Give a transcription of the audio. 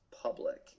public